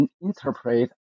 interpret